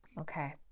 Okay